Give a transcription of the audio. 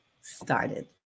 started